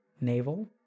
navel